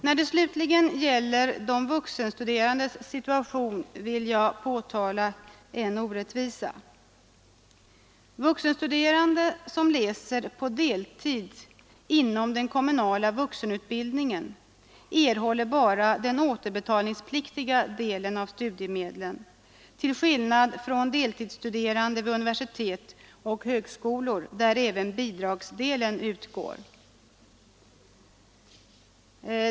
När det slutligen gäller de vuxenstuderandes situation vill jag påtala en orättvisa. Vuxenstuderande som läser på deltid inom den kommunala vuxenutbildningen erhåller bara den återbetalningspliktiga delen av studiemedlen till skillnad från deltidsstuderande vid universitet och högskolor, till vilka även bidragsdelen utgår.